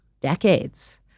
decades